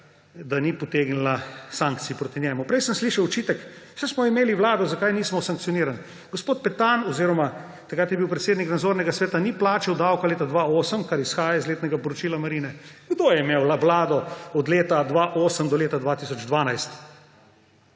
da ni potegnila sankcij proti njemu. Prej sem slišal očitek, saj smo imeli Vlado, zakaj nismo sankcionirali. Gospod Petan oziroma takrat je bil predsednik nadzornega sveta, ni plačal davka leta 2008, kar izhaja iz letnega poročila Marine. Kdo je imel vlado od leta 2008 do 2012?